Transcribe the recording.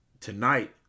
tonight